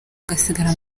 agasigara